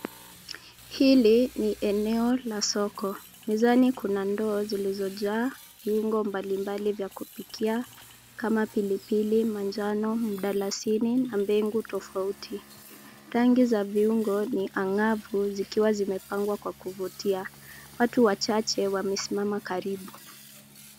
Hili ni eneo la soko. Mezani kuna ndoo zilizojaa viungio mbali mbali vya kupikia kama pilipili manjano, mdaladini, na mbegu tofauti. Rangi za viungo ni angavu zikiwa zimepangwa kwa kuvutia. Watu wachache wamesimama karibu.